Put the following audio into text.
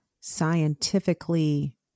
scientifically